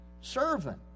servant